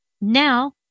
now